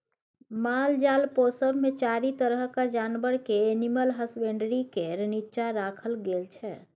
मालजाल पोसब मे चारि तरहक जानबर केँ एनिमल हसबेंडरी केर नीच्चाँ राखल गेल छै